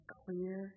clear